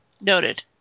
Noted